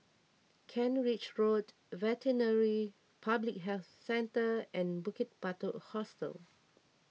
Kent Ridge Road Veterinary Public Health Centre and Bukit Batok Hostel